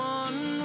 one